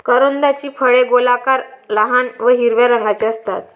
करोंदाची फळे गोलाकार, लहान व हिरव्या रंगाची असतात